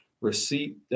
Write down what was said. receipt